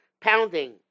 pounding